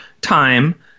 time